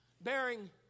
bearing